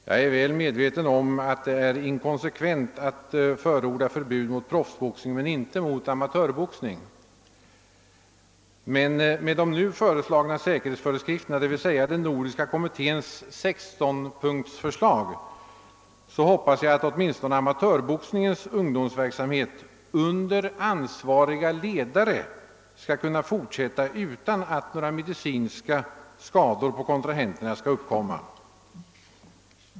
Jag är väl medveten om att det är inkonsekvent att förorda förbud mot proffsboxning men inte mot amatörboxning. Men med de nu föreslagna säkerhetsföreskrifterna — d.v.s. den nordiska kommitténs 16-punktersförslag — hoppas jag att åtminstone amatörboxningens ungdomsverksamhet under ansvariga ledare skall kunna fortsätta utan att några medicinska skador på kontrahenterna skall uppkomma.